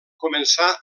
començà